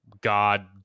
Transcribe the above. God